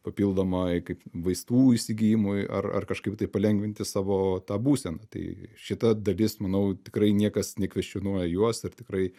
papildomai kaip vaistų įsigijimui ar ar kažkaip taip palengvinti savo tą būseną tai šita dalis manau tikrai niekas nekvestionuoja jos ir tikrai